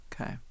Okay